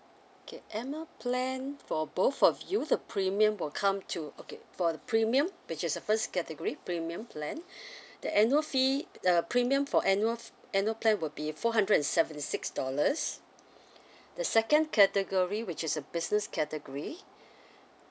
okay annual plan for both of you the premium will come to okay for the premium which is the first category premium plan the annual fee uh premium for annual f~ annual plan will be four hundred and seventy six dollars the second category which is a business category